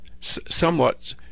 somewhat